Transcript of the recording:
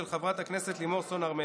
של חברת הכנסת לימור סון הר מלך.